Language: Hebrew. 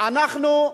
אנחנו,